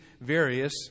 various